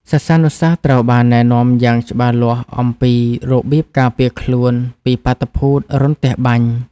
សិស្សានុសិស្សត្រូវបានណែនាំយ៉ាងច្បាស់លាស់អំពីរបៀបការពារខ្លួនពីបាតុភូតរន្ទះបាញ់។